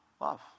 Love